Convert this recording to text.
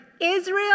Israel